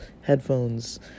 headphones